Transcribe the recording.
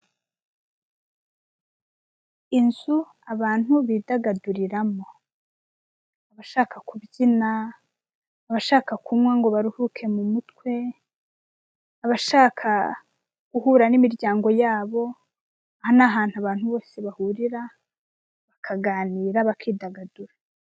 Inzu abantu bidagaduriramo abashaka kubyina, abashaka kunywa ngo baruhuke mu mutwe, abashaka guhura n'imiryango yabo, aha ni ahantu abantu bose bahurira bakaganira bakidagadura.